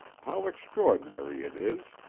how extraordinary it is!